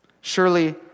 Surely